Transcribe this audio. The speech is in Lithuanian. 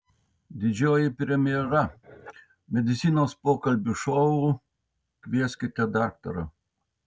didžioji premjera medicinos pokalbių šou kvieskite daktarą